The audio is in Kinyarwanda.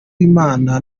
w’imana